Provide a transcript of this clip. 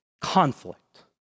Conflict